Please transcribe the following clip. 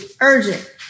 urgent